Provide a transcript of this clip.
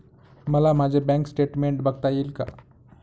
मला माझे bank statement बघता येईल का?